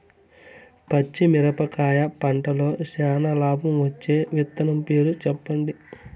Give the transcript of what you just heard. పచ్చిమిరపకాయ పంటలో చానా లాభం వచ్చే విత్తనం పేరు చెప్పండి?